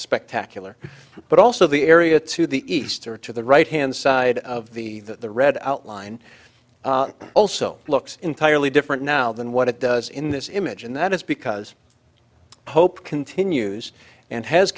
spectacular but also the area to the east or to the right hand side of the that the red outline also looks entirely different now than what it does in this image and that is because hope continues and has